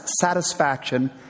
satisfaction